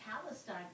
Palestine